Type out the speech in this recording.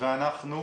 אנחנו,